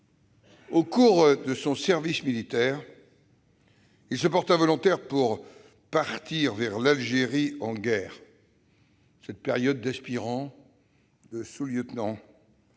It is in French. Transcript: Au cours de son service militaire, il se porta volontaire pour partir vers l'Algérie en guerre. Cette période d'aspirant, puis de sous-lieutenant,